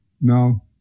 No